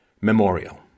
Memorial